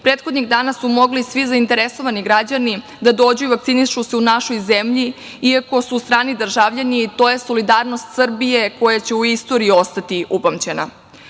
prethodnih dana su mogli svi zainteresovani građani da dođu i vakcinišu se u našoj zemlji, iako su strani državljani. To je solidarnost Srbije koja će u istoriji ostati upamćena.U